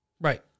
Right